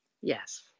Yes